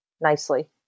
nicely